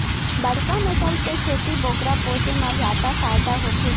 बड़का नसल के छेरी बोकरा पोसे म जादा फायदा होथे